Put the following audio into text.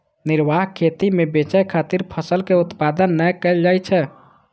निर्वाह खेती मे बेचय खातिर फसलक उत्पादन नै कैल जाइ छै